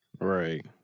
Right